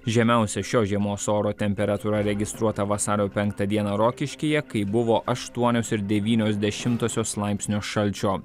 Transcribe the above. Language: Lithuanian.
žemiausia šios žiemos oro temperatūra registruota vasario penktą dieną rokiškyje kai buvo aštuonios ir devynios dešimtosios laipsnio šalčio